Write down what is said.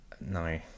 No